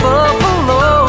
Buffalo